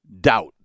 doubt